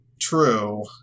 true